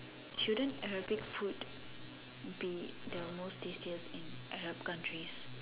children aerobics food be the most tastiest in Arab countries